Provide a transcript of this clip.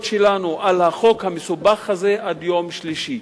שלנו על החוק המסובך הזה עד יום שלישי.